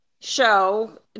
show